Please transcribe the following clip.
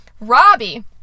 Robbie